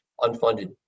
unfunded